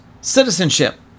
citizenship